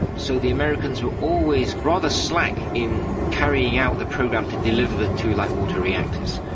so the americans were always rather slack in carrying out the program to deliver the two light-water reactors.